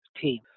team